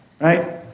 Right